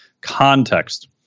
context